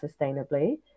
sustainably